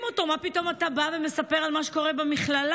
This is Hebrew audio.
אותו: מה פתאום אתה בא ומספר על מה שקורה במכללה?